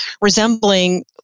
resembling